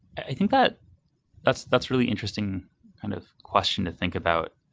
i think that that's that's really interesting kind of question to think about.